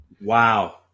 Wow